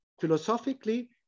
Philosophically